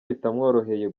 bitamworoheye